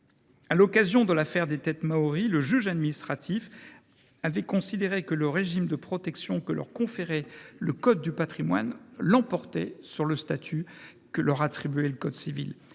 À l’occasion de l’affaire des têtes maories, le juge administratif avait considéré que le régime de protection que leur conférait le code du patrimoine l’emportait sur le statut que leur attribuait le code civil.